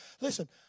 Listen